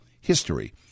history